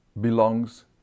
belongs